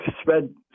spread